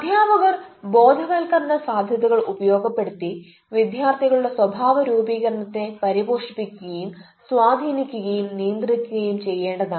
അദ്ധ്യാപകർ ബോധവൽക്കരണ സാധ്യതകൾ ഉപയോഗപ്പെടുത്തി വിദ്യാർഥികളുടെ സ്വഭാവ രൂപീകരണത്തെ പരിപോഷിപ്പിക്കുകയും സ്വാധീനിക്കുകയും നിയന്ത്രിക്കുകയും ചെയ്യേണ്ടതാണ്